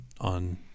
on